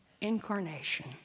Incarnation